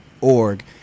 org